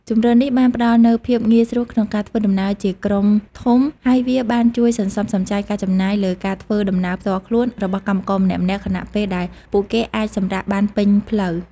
ជម្រើសនេះបានផ្តល់នូវភាពងាយស្រួលក្នុងការធ្វើដំណើរជាក្រុមធំ ហើយវាបានជួយសន្សំសំចៃការចំណាយលើការធ្វើដំណើរផ្ទាល់ខ្លួនរបស់កម្មករម្នាក់ៗ ខណៈពេលដែលពួកគេអាចសម្រាកបានពេញផ្លូវ។